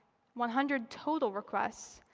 one hundred total requests.